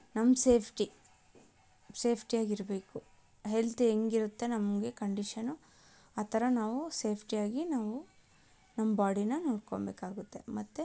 ನಮ್ಮ ಸೇಫ್ಟಿ ಸೇಫ್ಟಿಯಾಗಿರಬೇಕು ಹೆಲ್ತ್ ಹೇಗಿರತ್ತೆ ನಮಗೆ ಕಂಡೀಷನು ಆ ಥರ ನಾವು ಸೇಫ್ಟಿಯಾಗಿ ನಾವು ನಮ್ಮ ಬಾಡಿನಾ ನೋಡ್ಕೊಬೇಕಾಗತ್ತೆ ಮತ್ತು